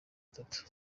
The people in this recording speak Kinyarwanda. atatu